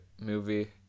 movie